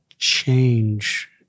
change